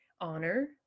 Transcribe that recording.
honor